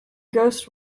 ghost